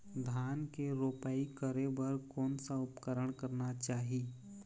धान के रोपाई करे बर कोन सा उपकरण करना चाही?